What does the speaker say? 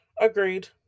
Agreed